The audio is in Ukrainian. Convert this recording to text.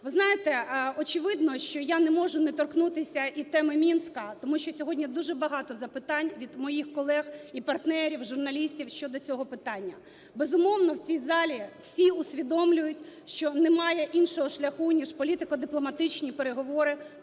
Ви знаєте, очевидно, що я не можу не торкнутися і теми Мінська, тому що сьогодні дуже багато запитань від моїх колег і партнерів, журналістів щодо цього питання. Безумовно, в цій залі всі усвідомлюють, що немає іншого шляху, ніж політико-дипломатичні переговори